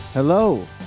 Hello